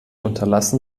unterlassen